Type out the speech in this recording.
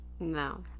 no